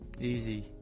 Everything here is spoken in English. easy